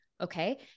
okay